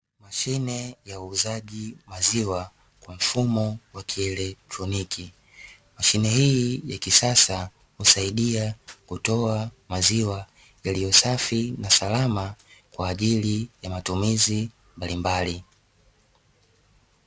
Mashine ya uuzaji maziwa kwa mfumo wa kielektroniki. Mashine hii ya kisasa husaidia kutoa maziwa yaliyo safi na salama kwa ajili ya matumizi mbalimbali.